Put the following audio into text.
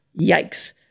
yikes